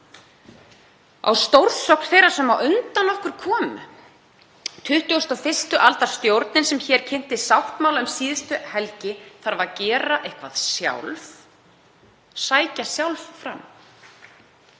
á stórsókn þeirra sem á undan okkur komu. 21. aldar stjórnin sem kynnti hér sáttmála um síðustu helgi þarf að gera eitthvað sjálf, sækja sjálf fram.